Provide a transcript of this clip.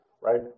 right